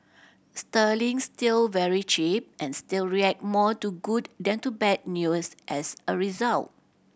Sterling's still very cheap and still react more to good than to bad news as a result